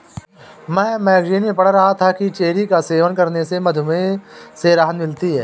मैं मैगजीन में पढ़ रहा था कि चेरी का सेवन करने से मधुमेह से राहत मिलती है